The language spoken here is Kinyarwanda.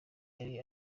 yari